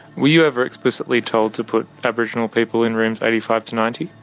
were you ever explicitly told to put aboriginal people in rooms eighty five to ninety?